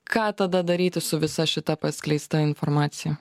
ką tada daryti su visa šita paskleista informacija